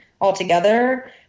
altogether